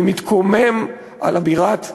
אני מתקומם על אמירת מח"ש,